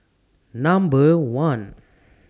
Number one